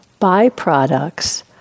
byproducts